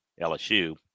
LSU